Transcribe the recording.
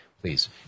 please